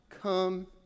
come